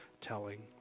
telling